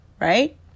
right